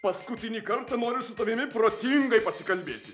paskutinį kartą noriu su tavimi protingai pasikalbėti